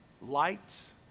Lights